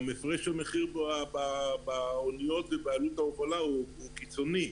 גם הפרש המחיר באוניות ובעלות ההובלה הוא קיצוני.